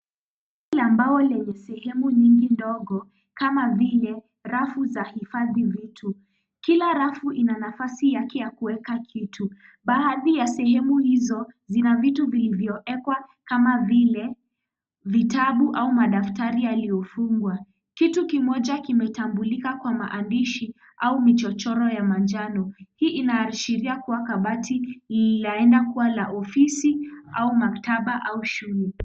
Kabati la mbao lenye sehemu nyingi ndogo, kama vile rafu za hifadhi vitu. Kila rafu ina nafasi yake ya kuweka kitu. Baadhi ya sehemu hizo, zina vitu vilivyowekwa kama vile, vitabu au madaftari yaliyofungwa. Kitu kimoja kimetambulika kwa maandishi au michochoro ya manjano. Hii inaashiria kuwa kabati laenda kuwa la ofisi, au maktaba au shule.